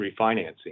refinancing